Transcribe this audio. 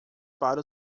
para